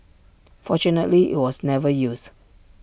fortunately IT was never used